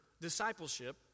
discipleship